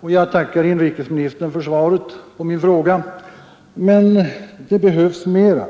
och jag tackar inrikesministern för svaret på min fråga. Men det behövs mera.